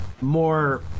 more